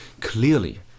clearly